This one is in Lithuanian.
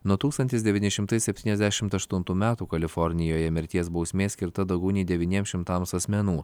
nuo tūkstantis devyni šimtai septyniasdešimt aštuntų metų kalifornijoje mirties bausmė skirta daugiau nei devyniem šimtams asmenų